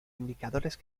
indicadores